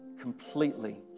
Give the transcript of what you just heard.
completely